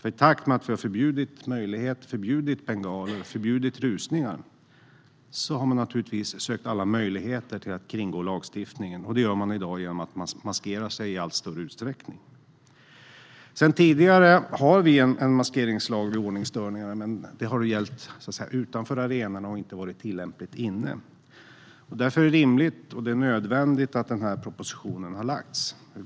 I takt med att vi har förbjudit bengaler och rusningar har man naturligtvis sökt alla möjligheter att kringgå lagstiftningen, och det gör man i dag genom att maskera sig i allt större utsträckning. Sedan tidigare har vi en maskeringslag vid ordningsstörningar, men den har gällt utanför arenorna och inte varit tillämplig inne. Därför är det rimligt och nödvändigt att den här propositionen har lagts fram.